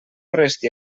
resti